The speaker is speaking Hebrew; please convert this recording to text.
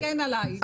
תגן עלי.